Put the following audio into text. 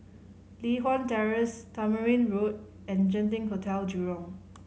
Li Hwan Terrace Tamarind Road and Genting Hotel Jurong